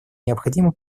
необходимо